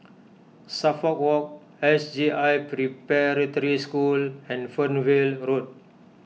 Suffolk Walk S J I Preparatory School and Fernvale Road